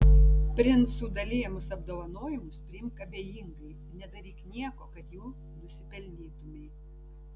princų dalijamus apdovanojimus priimk abejingai nedaryk nieko kad jų nusipelnytumei